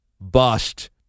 bust